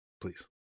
please